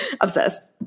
Obsessed